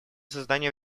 создания